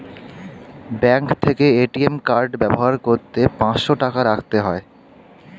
bank থেকে ATM card ব্যবহার করতে পাঁচশো টাকা রাখতে হয়